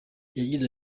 yagize